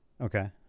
okay